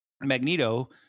Magneto